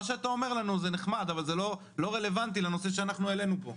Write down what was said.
מה שאתה אומר לנו זה נחמד אבל זה לא רלבנטי לנושא שאנחנו העלינו פה.